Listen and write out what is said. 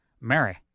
Mary